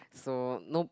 so no